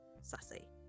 Sassy